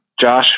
Josh